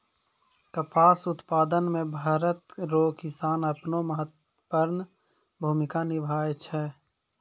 कपास उप्तादन मे भरत रो किसान अपनो महत्वपर्ण भूमिका निभाय छै